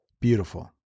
beautiful